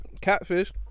Catfish